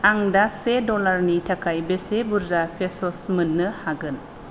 आं दा से डलारनि थाखाय बेसे बुरजा पेस'स मोन्नो हागोन